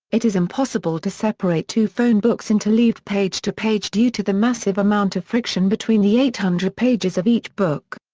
it is impossible to separate two phone books interleaved page-to-page due to the massive amount of friction between the eight hundred pages of each book.